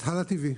את הלא טי.וי.